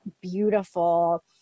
beautiful